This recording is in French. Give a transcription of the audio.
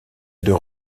deux